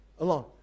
Allah